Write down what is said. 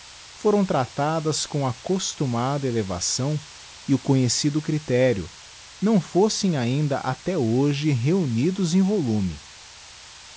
foram tratadas com a costumada elevação e o conhecido critério não fossem ainda até hoje reunidos em volume